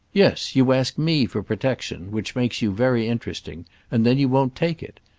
yes, you ask me for protection which makes you very interesting and then you won't take it.